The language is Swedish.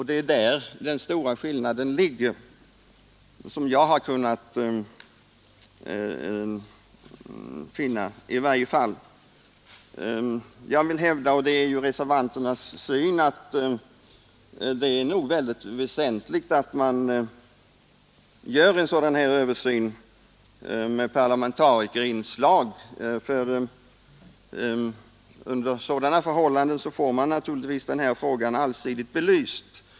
Det är där den stora skillnaden ligger, i varje fall som jag har kunnat finna. Jag vill hävda — det är reservanternas syn — att det är väsentligt att göra en sådan här översyn med parlamentarikerinslag. Då får man frågan allsidigt belyst.